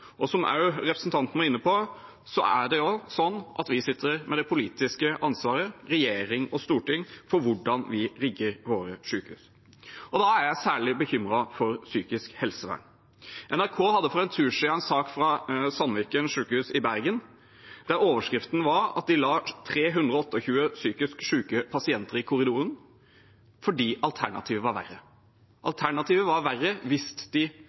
ansvaret for hvordan vi rigger våre sykehus. Da er jeg særlig bekymret for psykisk helsevern. NRK hadde for en tid siden en sak fra Sandviken sykehus i Bergen, der overskriften gikk ut på at de la 328 psykisk syke pasienter i korridoren fordi alternativet var verre – det ville ha vært verre hvis pasientene hadde endt med å ta livet sitt fordi de